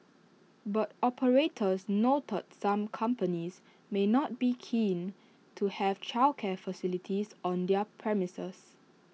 but operators noted some companies may not be keen to have childcare facilities on their premises